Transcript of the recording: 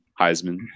Heisman